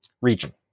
region